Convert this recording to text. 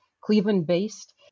Cleveland-based